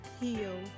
heal